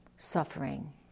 suffering